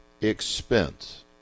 expense